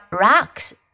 rocks